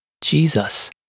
Jesus